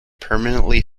permanently